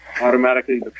automatically